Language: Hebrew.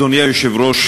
אדוני היושב-ראש,